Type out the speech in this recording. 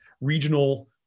regional